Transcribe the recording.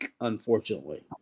unfortunately